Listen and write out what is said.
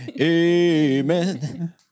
Amen